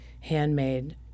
handmade